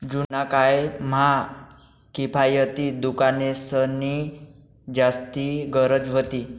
जुना काय म्हा किफायती दुकानेंसनी जास्ती गरज व्हती